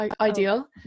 ideal